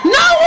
no